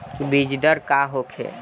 बीजदर का होखे?